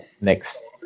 next